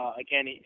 Again